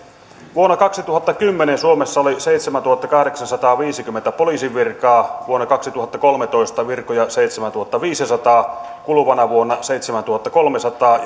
vuonna kaksituhattakymmenen suomessa oli seitsemäntuhattakahdeksansataaviisikymmentä poliisivirkaa vuonna kaksituhattakolmetoista virkoja oli seitsemäntuhattaviisisataa kuluvana vuonna seitsemäntuhattakolmesataa